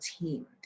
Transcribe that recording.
team